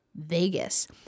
Vegas